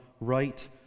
right